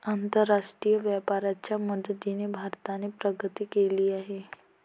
आंतरराष्ट्रीय व्यापाराच्या मदतीने भारताने प्रगती केली आहे